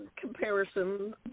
comparison